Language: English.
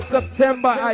September